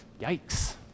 Yikes